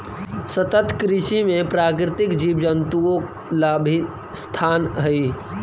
सतत कृषि में प्राकृतिक जीव जंतुओं ला भी स्थान हई